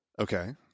Okay